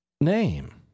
name